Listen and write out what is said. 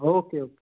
okay okay